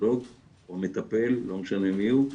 הפסיכולוג או המטפל, לא משנה מי הוא,